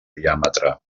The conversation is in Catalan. diàmetre